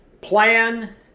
plan